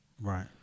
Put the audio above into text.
Right